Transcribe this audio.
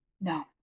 No